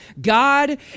God